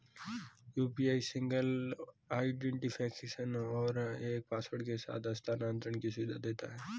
UPI single identification और एक password के साथ हस्थानांतरण की सुविधा देता है